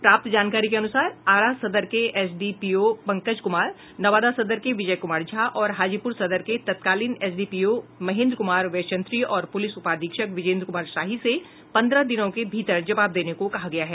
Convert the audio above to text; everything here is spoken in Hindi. प्राप्त जानकारी के अनुसार आरा सदर के एसडीपीओ पंकज कुमार नवादा सदर के विजय कुमार झा और हाजीपुर सदर के तत्कालीन एसडीपीओ महेन्द्र कुमार वैश्यंत्री और पुलिस उपाधीक्षक विजेन्द्र कुमार शाही से पंद्रह दिनों के भीतर जवाब देने को कहा गया है